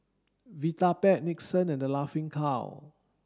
Vitapet Nixon and The Laughing Cow